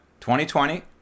2020